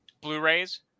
Blu-rays